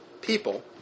people